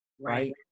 right